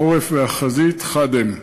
העורף והחזית חד הם.